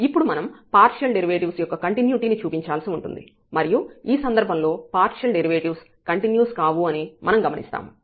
ఇప్పుడు మనం partial derivatives యొక్క కంటిన్యుటీ ని చూపించాల్సి ఉంటుంది మరియు ఈ సందర్భంలో పార్షియల్ డెరివేటివ్స్ కంటిన్యూస్ కావు అని మనం గమనిస్తాము